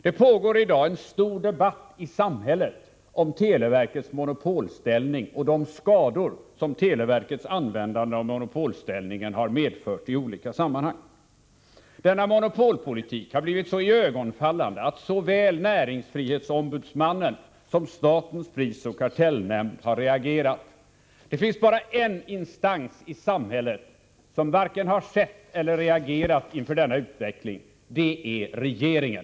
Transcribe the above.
Det pågår i dag en stor debatt i samhället om televerkets monopolställning och de skador televerkets användande av monopolställningen har medfört i olika sammanhang. Denna monopolpolitik har blivit så iögonfallande att såväl näringsfrihetsombudsmannen och statens prisoch kartellnämnd har reagerat. Det finns bara en instans i samhället som varken har sett eller reagerat inför denna utveckling. Det är regeringen.